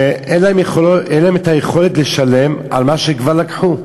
ואין להם את היכולת לשלם על מה שכבר לקחו.